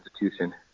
institution